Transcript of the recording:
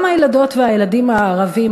גם הילדות והילדים הערבים,